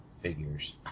figures